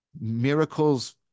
Miracles